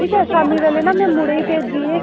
ठीक ऐ शामीं बेल्ले नां मुड़े गी भेजिये